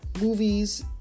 movies